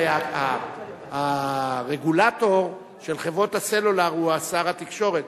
הרי הרגולטור של חברות הסלולר הוא שר התקשורת.